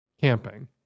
Camping